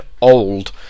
old